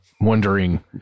wondering